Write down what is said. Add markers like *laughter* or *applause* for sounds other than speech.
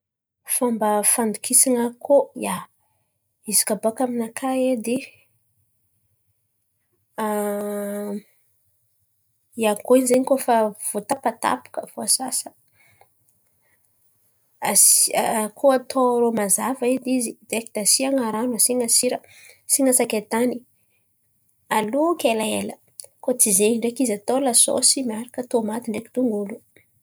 Fomba fandokisan̈a akôho, ia, izy koa baka aminakà edy *hesitation* i akôho iny zen̈y koa fa voatapatapaka, voasasa, asia kôho atao rômazava edy izy direkty asian̈a rano, asian̈a sira, asian̈a sakay tany. Aloky elaela. Koa tsy zen̈y ndreky izy atao lasôsy miaraka tômaty ndreky dongolo.